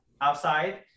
outside